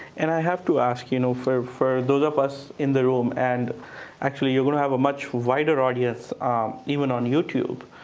and i have to ask you know for for those of us in the room and actually, you're going to have a much wider audience even on youtube.